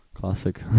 classic